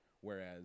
Whereas